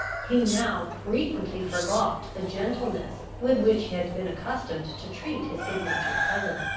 he now frequently forgot the gentleness with which he had been accustomed to treat his good-natured cousin.